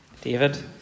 David